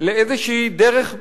לאיזושהי דרך מלך,